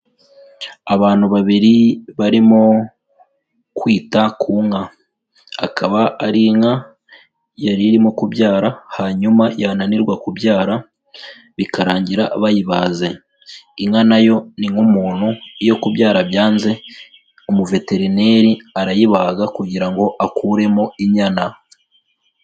Abantu babiri barimo kwita ku nka, akaba ari inka yari irimo kubyara hanyuma yananirwa kubyara bikarangira bayibaze, inka nayo ni nk'umuntu iyo kubyara byanze umuveterineri arayibaga kugira ngo akuremo inyana.